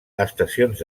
estacions